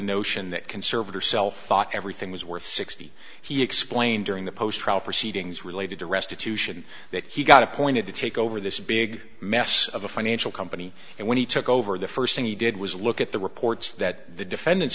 notion that conservator self thought everything was worth sixty he explained during the post trial proceedings related to restitution that he got appointed to take over this big mess of a financial company and when he took over the first thing he did was look at the reports that the defendant